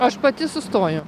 aš pati sustoju